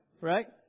Right